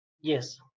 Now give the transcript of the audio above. Yes